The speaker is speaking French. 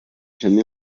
jamais